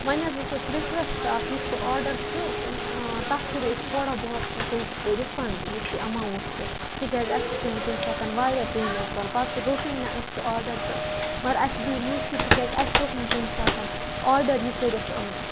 وۄنۍ حظ اوس اَسہِ رِکوٮ۪سٹہٕ اَکھ یُس سُہ آرڈَر چھُ تَتھ کٔرِو تھوڑا بہت تُہۍ رِفنٛڈ یُس یہِ اٮ۪ماوُںٛٹ چھِ تِکیٛازِ اَسہِ چھِ پیوٚمُت تیٚمہِ ساتَن واریاہ پیمٮ۪نٛٹ کَرُن پَتہٕ روٚٹُے نہٕ اَسہِ سُہ آرڈَر تہٕ مگر اَسہِ دِیِو معٲفی تِکیٛازِ اَسہِ ہیوٚک نہٕ تمہِ ساتَن آرڈَر یہِ کٔرِتھ